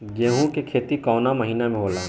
गेहूँ के खेती कवना महीना में होला?